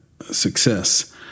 success